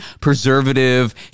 preservative